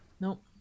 Nope